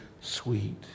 sweet